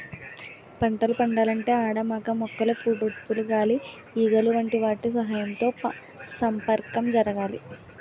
పంటలు పండాలంటే ఆడ మగ మొక్కల పుప్పొడులు గాలి ఈగలు వంటి వాటి సహాయంతో సంపర్కం జరగాలి